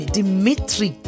Dimitri